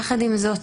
יחד עם זאת,